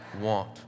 want